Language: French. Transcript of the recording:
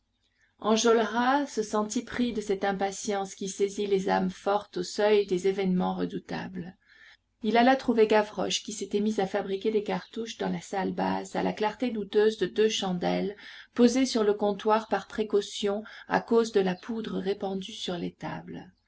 se sentit pris de cette impatience qui saisit les âmes fortes au seuil des événements redoutables il alla trouver gavroche qui s'était mis à fabriquer des cartouches dans la salle basse à la clarté douteuse de deux chandelles posées sur le comptoir par précaution à cause de la poudre répandue sur les tables